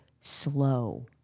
slow